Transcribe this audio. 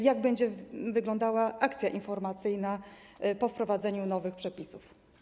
Jak będzie wyglądała akcja informacyjna po wprowadzeniu nowych przepisów?